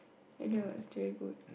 I know it's very good